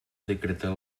decretar